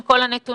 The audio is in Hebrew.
עם כל הנתונים?